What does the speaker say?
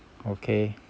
okay